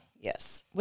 Yes